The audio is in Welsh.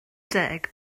deg